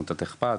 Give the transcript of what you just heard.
עמותת אכפת,